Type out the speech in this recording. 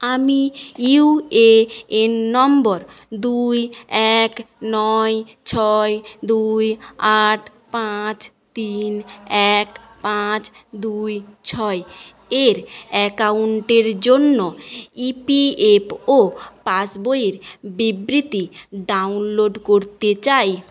আমি U A N নম্বর দুই এক নয় ছয় দুই আট পাঁচ তিন এক পাঁচ দুই ছয় এর অ্যাকাউন্টের জন্য ইপিএফও পাস বইয়ের বিবৃতি ডাউনলোড করতে চাই